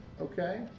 Okay